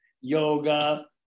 yoga